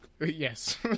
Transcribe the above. Yes